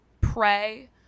pray